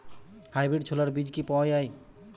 Hybrid ছোলার বীজ কি পাওয়া য়ায়?